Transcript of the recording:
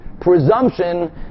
presumption